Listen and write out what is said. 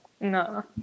no